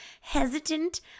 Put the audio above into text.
hesitant